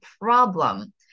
problem